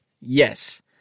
Yes